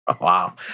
Wow